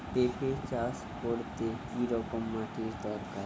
পেঁপে চাষ করতে কি রকম মাটির দরকার?